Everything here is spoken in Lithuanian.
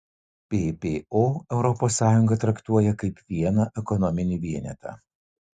ppo europos sąjungą traktuoja kaip vieną ekonominį vienetą